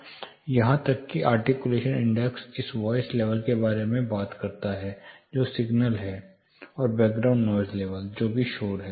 यहां तक कि आर्टिक्यूलेशन इंडेक्स यह वॉइस लेवल के बारे में बात करता है जो सिग्नल है और बैकग्राउंड नॉइज़ लेवल जो कि शोर है